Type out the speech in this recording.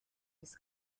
his